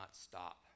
stop